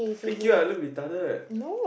freak you I look retarded